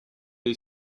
est